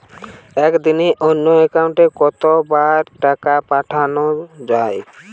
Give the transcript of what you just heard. একদিনে অন্য একাউন্টে কত বার টাকা পাঠানো য়ায়?